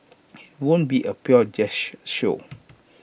IT won't be A pure jazz show